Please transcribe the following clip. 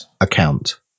Account